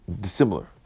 dissimilar